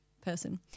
person